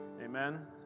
Amen